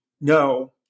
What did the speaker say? no